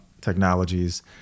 technologies